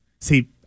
See